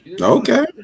Okay